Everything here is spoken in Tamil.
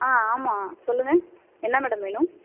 ஆ ஆமாம் சொல்லுங்க என்ன மேடம் வேணும்